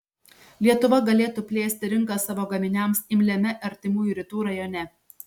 lietuva galėtų plėsti rinką savo gaminiams imliame artimųjų rytų rajone